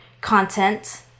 content